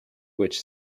which